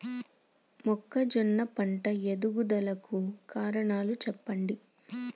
మొక్కజొన్న పంట ఎదుగుదల కు కారణాలు చెప్పండి?